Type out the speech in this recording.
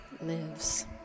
lives